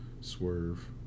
swerve